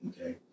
okay